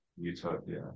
utopia